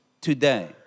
today